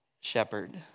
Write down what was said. shepherd